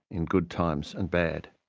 in good times and bad.